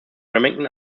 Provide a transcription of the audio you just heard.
remington